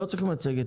לא צריך מצגת.